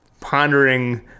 pondering